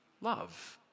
love